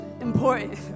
important